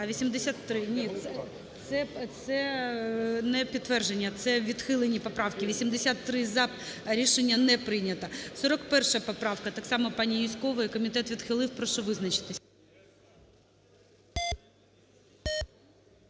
За-83 Ні, це не підтвердження, це відхилені поправки. 83 - "за", рішення не прийнято. 41 поправка, так само пані Юзькової. Комітет відхилив. Прошу визначитися.